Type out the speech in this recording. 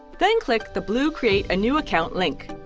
then click the blue create a new account link.